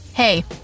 Hey